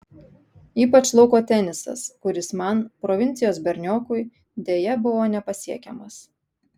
ypač lauko tenisas kuris man provincijos berniokui deja buvo nepasiekiamas